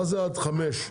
מה זה עד חמש?